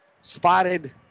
Spotted